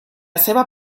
seva